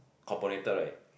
right